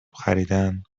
خریدن